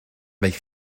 avec